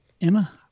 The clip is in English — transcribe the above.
Emma